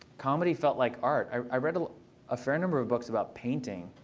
comedy felt like art. i read a ah fair number of books about painting,